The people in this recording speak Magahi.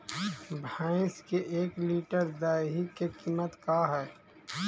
भैंस के एक लीटर दही के कीमत का है?